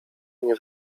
nie